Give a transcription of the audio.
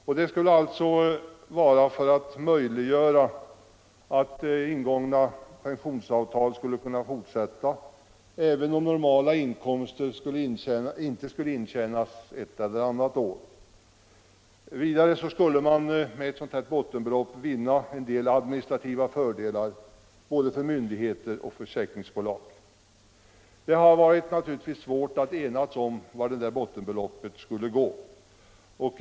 Detta skulle möjliggöra att ingångna pensionsavtal kan fortsätta även om normala inkomster inte skulle intjänas ett eller annat år. Vidare skulle man med ett sådant här bottenbelopp vinna en del administrativa fördelar för både myndigheter och försäkringsbolag. Det har naturligtvis varit svårt att enas om var det där bottenbeloppet skulle ligga.